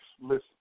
listen